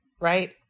Right